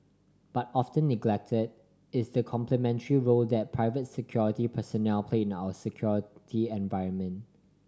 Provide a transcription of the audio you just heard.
but often neglected is the complementary role that private security personnel play in our security environment